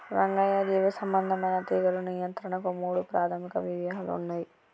రంగయ్య జీవసంబంధమైన తీగలు నియంత్రణకు మూడు ప్రాధమిక వ్యూహాలు ఉన్నయి